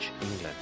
England